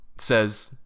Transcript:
Says